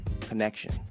connection